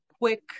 quick